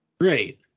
Great